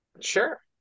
Sure